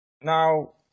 now